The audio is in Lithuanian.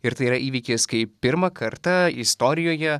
ir tai yra įvykis kai pirmą kartą istorijoje